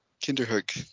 Kinderhook